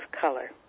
color